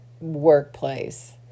workplace